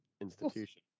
institution